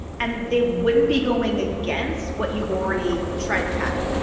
and they wouldn't be going against what you've already tried to patent.